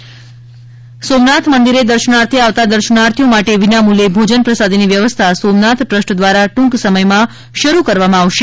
સોમનાથ વિનામૂલ્યે ભોજન સોમનાથ મંદિરે દર્શનાર્થે આવતા દર્શનાર્થીઓ માટે વિનામૂલ્યે ભોજન પ્રસાદીની વ્યવસ્થા સોમનાથ ટ્રસ્ટ દ્વારા ટ્રંક સમયમાં શરૂ કરવામાં આવશે